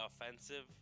offensive